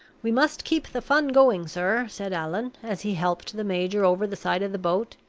we must keep the fun going, sir, said allan, as he helped the major over the side of the boat.